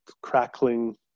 crackling